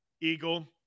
Eagle